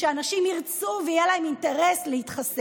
כדי שאנשים ירצו להתחסן ויהיה להם אינטרס לכך.